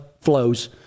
flows